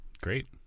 Great